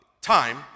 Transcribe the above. time